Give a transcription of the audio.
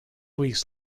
weeks